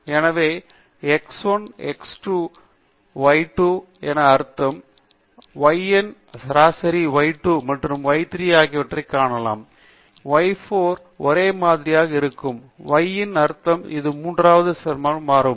எனவே x 1 x 2 y 2 இன் அர்த்தம் அல்லது y 1 இன் சராசரி மற்றும் Y 2 மற்றும் y 3 ஆகியவற்றைக் காணலாம் என்றால் y 4 ஒரே மாதிரியாக இருக்கும் y இன் அர்த்தம் ஒரு மூன்றாவது தசமால் மட்டுமே மாறுபடும்